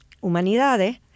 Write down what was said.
Humanidades